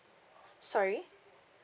sorry